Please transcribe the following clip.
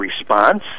response